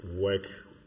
work